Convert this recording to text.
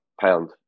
pound